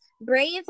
Brave